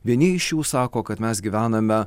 vieni iš jų sako kad mes gyvename